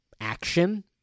action